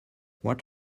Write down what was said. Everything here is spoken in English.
what